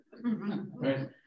right